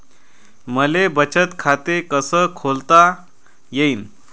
मले बचत खाते कसं खोलता येईन?